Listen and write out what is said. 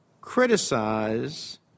criticize